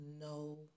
no